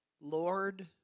Lord